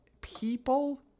People